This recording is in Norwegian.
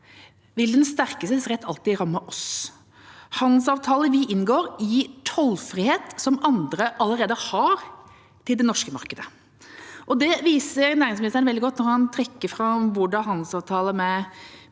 vil den sterkestes rett alltid ramme oss. Handelsavtaler vi inngår, gir tollfrihet som andre allerede har i det norske markedet. Det viser næringsministeren veldig godt når han trekker fram handelsavtaler med